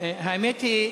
האמת היא,